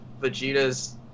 Vegeta's